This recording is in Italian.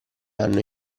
hanno